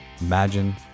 Imagine